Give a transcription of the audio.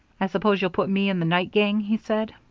i suppose you'll put me in the night gang, he said.